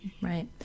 Right